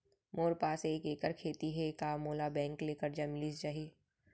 मोर पास एक एक्कड़ खेती हे का मोला बैंक ले करजा मिलिस जाही?